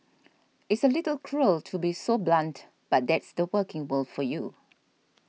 it's a little cruel to be so blunt but that's the working world for you